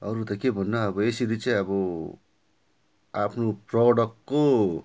अरू त के भन्नु अब यसरी चाहिँ अब आफ्नो प्रडक्टको